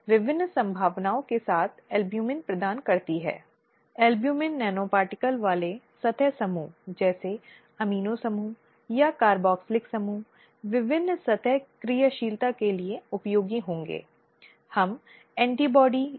अब जो होता है वह अधिनियम के तहत होता है और नियम उनके अंतर्गत आते हैं जो कि 2013 के अधिनियम में है और नियम निर्धारित किए गए प्रत्येक संगठन के तहत उनके फ्रेम वर्क विस्तृत प्रक्रिया हैं जिस तरह से शिकायतें तय की जानी हैं